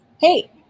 Hey